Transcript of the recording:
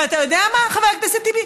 ואתה יודע מה, חבר הכנסת טיבי?